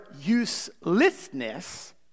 uselessness